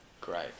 Great